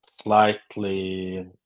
slightly